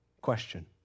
question